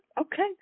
Okay